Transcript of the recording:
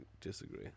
disagree